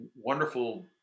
wonderful